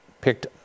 picked